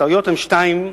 הטעויות הן שתיים: